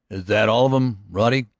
is that all of em, roddy?